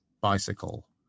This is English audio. bicycle